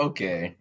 Okay